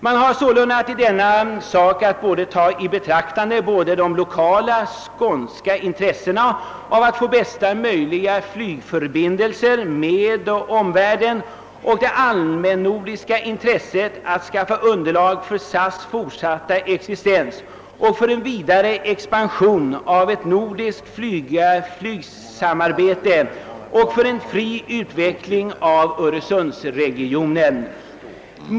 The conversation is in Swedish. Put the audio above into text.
Man har sålunda att ta i betraktande både det lokala skånska intresset av att få bästa möjliga flygförbindelser med omvärlden och det allmänt nordiska intresset att skapa underlag för SAS fortsatta existens, för en vidare expansion av ett nordiskt flygsamarbete och för en fri utveckling av öresundsregionen.